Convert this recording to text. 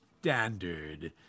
standard